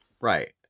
Right